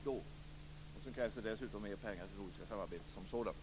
Dessutom krävs det mer pengar till det nordiska samarbetet som sådant.